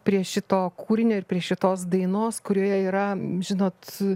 prie šito kūrinio ir prie šitos dainos kurioje yra žinot